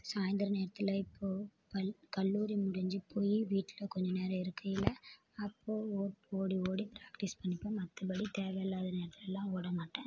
சாயந்தர நேரத்தில் இப்போது கல் கல்லூரி முடிஞ்சு போயி வீட்டில் கொஞ்சம் நேரம் இருக்கையில அப்போது ஓட் ஓடி ஓடி பிரேக்டிஸ் பண்ணிப்போம் மற்றபடி தேவையில்லாத நேரத்துலலாம் ஓட மாட்டேன்